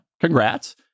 Congrats